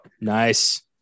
Nice